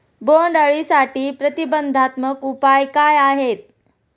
बोंडअळीसाठी प्रतिबंधात्मक उपाय काय आहेत?